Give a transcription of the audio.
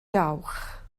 dawch